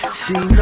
see